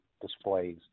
displays